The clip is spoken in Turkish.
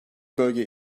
bölge